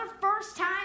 first-time